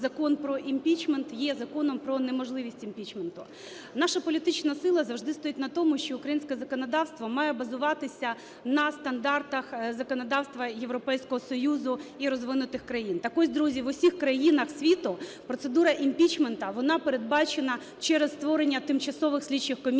Закон про імпічмент є законом про неможливість імпічменту. Наша політична сила завжди стоїть на тому, що українське законодавство має базуватися на стандартах законодавства Європейського Союзу і розвинутих країн. Так ось, друзі, в усіх країнах світу процедура імпічменту, вона передбачена через створення Тимчасових слідчих комісій